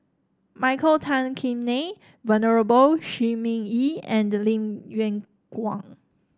Michael Tan Kim Nei Venerable Shi Ming Yi and Lim Yew Kuan